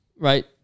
right